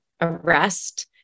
arrest